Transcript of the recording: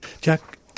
Jack